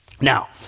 now